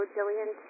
Jillian